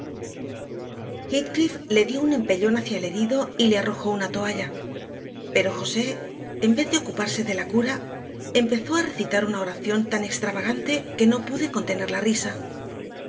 heathcliff le dio un empellón hacia el herido y le arrojó una toalla pero josé en vez de ocuparse de la cura empezó a recitar una oración tan extravagante que no pude contener la risa